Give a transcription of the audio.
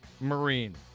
Marine